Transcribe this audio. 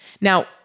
Now